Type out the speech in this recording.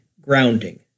grounding